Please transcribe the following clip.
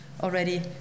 already